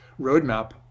roadmap